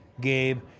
Gabe